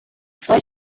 five